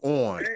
on